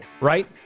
right